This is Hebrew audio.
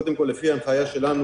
קודם כול, לפי הנחיה שלנו,